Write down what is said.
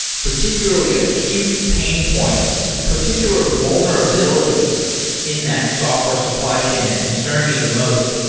particularly acute pain points, so particular vulnerabilities in that software supply chain that concern you the most,